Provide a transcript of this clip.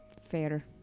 fair